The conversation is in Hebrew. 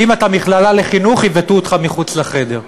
אם אתה מכללה לחינוך, יבעטו אותך מחוץ לחדר,